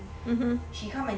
mmhmm